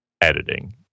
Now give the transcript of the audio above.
editing